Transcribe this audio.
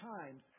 times